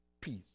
peace